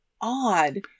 odd